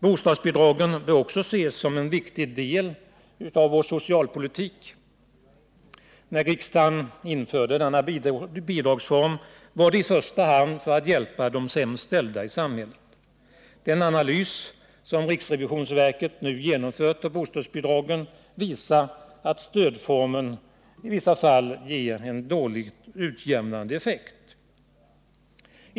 Bostadsbidragen bör också ses som en viktig del av vår socialpolitik. När riksdagen införde denna bidragsform var det i första hand för att hjälpa de sämst ställda i samhället. Den analys av bostadsbidragen som riksrevisionsverket nu genomfört visar att stödformen i vissa fall har en dålig utjämnande effekt.